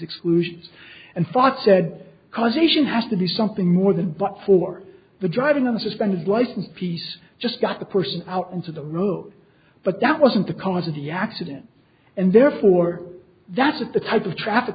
exclusions and fart said causation has to do something more than but for the driving on a suspended license piece just got the person out into the road but that wasn't the cause of the accident and therefore that's of the type of traffic